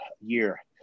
year